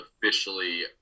officially